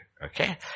Okay